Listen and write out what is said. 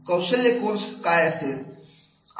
कौशल्य कोर्स काय असेल